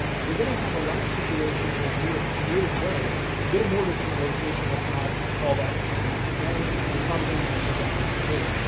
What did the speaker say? you're gonna have a lot of situations where you need a creative way to get a mortise in a location that's not all that convenient and you're probably gonna use your router to do it.